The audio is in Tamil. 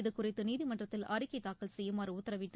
இது குறித்து நீதிமன்றத்தில் அறிக்கை தாக்கல் செய்யுமாறு உத்தரவிட்டு